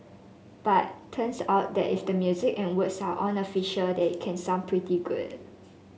but turns out that if the music and words are unofficial then it can sound pretty good